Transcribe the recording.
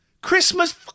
Christmas